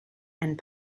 and